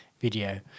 video